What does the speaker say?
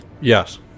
Yes